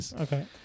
Okay